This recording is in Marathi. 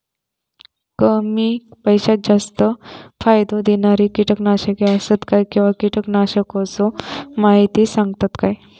कमी पैशात जास्त फायदो दिणारी किटकनाशके आसत काय किंवा कीटकनाशकाचो माहिती सांगतात काय?